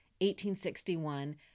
1861